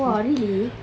!whoa! really